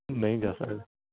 ਨਈਂ ਜਾ ਸਕਦੇ